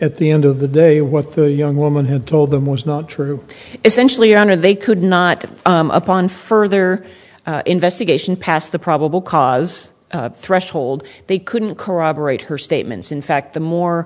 at the end of the day what the young woman had told them was not true essentially on her they could not upon further investigation past the probable cause threshold they couldn't corroborate her statements in fact the more